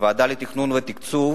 בוועדה לתכנון ותקצוב,